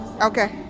Okay